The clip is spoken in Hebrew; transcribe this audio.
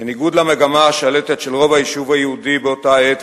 בניגוד למגמה השלטת של רוב היישוב היהודי באותה העת,